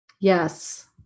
Yes